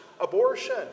abortion